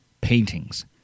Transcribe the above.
paintings